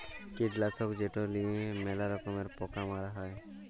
কীটলাসক যেট লিঁয়ে ম্যালা রকমের পকা মারা হ্যয়